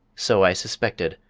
so i suspected.